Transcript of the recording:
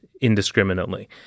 indiscriminately